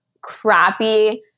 crappy